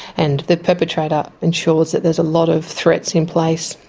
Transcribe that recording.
and the perpetrator ensures that there's a lot of threats in place.